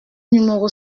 numéro